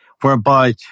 whereby